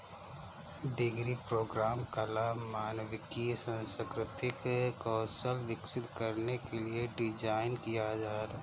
degree program कला, मानविकी, सांस्कृतिक कौशल विकसित करने के लिए डिज़ाइन किया है